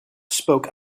spoke